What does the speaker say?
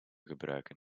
gebruiken